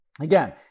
Again